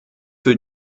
für